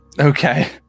Okay